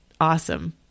awesome